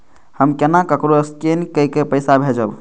हम केना ककरो स्केने कैके पैसा भेजब?